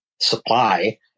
supply